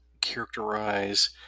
characterize